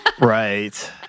Right